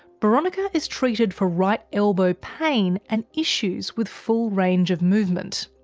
boronika is treated for right elbow pain, and issues with full range of movement.